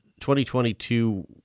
2022